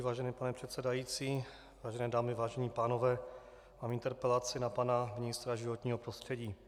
Vážený pane předsedající, vážené dámy, vážení pánové, mám interpelaci na pana ministra životního prostředí.